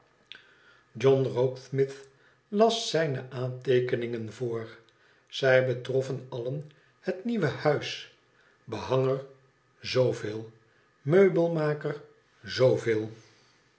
john rokesmith las zijne aanteekeningen voor zij betroffen allen het nieuwe huis behanger zooveel meubelmaker zooveel